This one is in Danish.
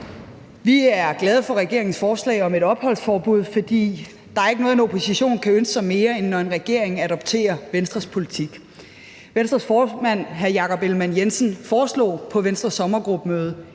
Vi er glade for regeringens forslag om et opholdsforbud, for der er ikke noget, en oppositionen kan ønske sig mere, end når en regering adopterer Venstres politik. Venstres formand, hr. Jakob Ellemann-Jensen, foreslog på Venstres sommergruppemøde